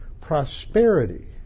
prosperity